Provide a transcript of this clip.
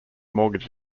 mortgage